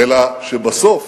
אלא שבסוף,